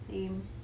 lame